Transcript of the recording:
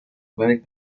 pueden